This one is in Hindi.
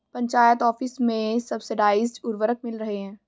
पंचायत ऑफिस में सब्सिडाइज्ड उर्वरक मिल रहे हैं